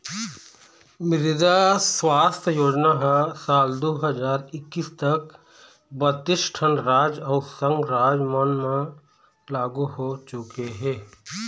मृदा सुवास्थ योजना ह साल दू हजार एक्कीस तक बत्तीस ठन राज अउ संघ राज मन म लागू हो चुके हे